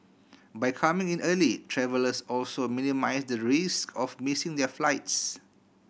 by coming in early travellers also minimise the risk of missing their flights